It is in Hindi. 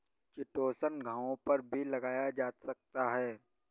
चिटोसन घावों पर भी लगाया जा सकता है